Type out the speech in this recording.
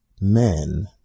men